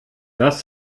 das